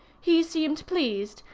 he seemed pleased,